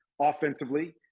offensively